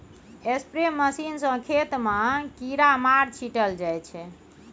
spray machine सँ खेत मे कीरामार छीटल जाइ छै